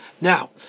Now